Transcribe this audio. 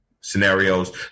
scenarios